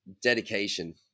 dedication